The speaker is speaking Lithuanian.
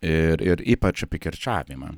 ir ir ypač apie kirčiavimą